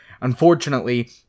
Unfortunately